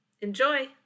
Enjoy